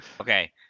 Okay